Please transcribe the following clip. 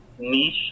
Niche